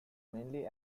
mainly